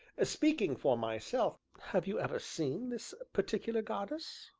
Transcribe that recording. speaking for myself have you ever seen this particular goddess?